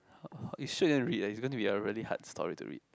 ho~ ho~ you sure you want to read ah it's gonna be a really hard story to read